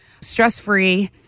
stress-free